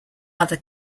other